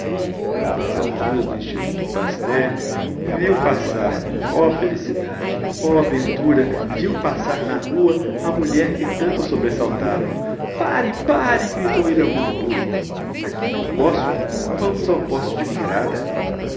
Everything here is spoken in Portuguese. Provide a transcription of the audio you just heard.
quando nas alturas do instituto pasteur viu passar oh felicidade oh ventura viu passar na rua a mulher que tanto o sobressaltava pare pare gritou ele ao condutor aqui não posso vamos ao poste de parada